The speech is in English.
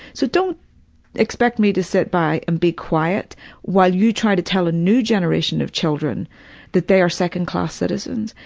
so don't expect me to sit back and be quiet while you try to tell a new generation of children that they are second class citizens.